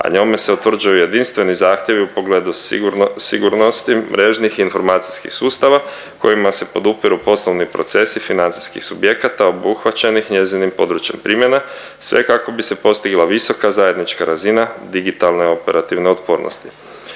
a njome se utvrđuju jedinstveni zahtjevi u pogledu sigurno… sigurnosti mrežnih informacijskih sustava kojima se podupiru poslovni procesi financijskih subjekata obuhvaćeni njezinim područjem primjene sve kako bi se postigla visoka zajednička razine digitalne operativne otpornosti.